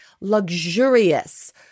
luxurious